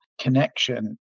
Connection